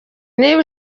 niba